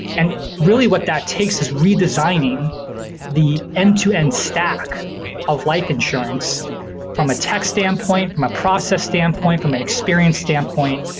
and really what that takes is redesigning the end-to-end stack stack of life insurance from a tax standpoint, from a process standpoint, from an experience standpoint,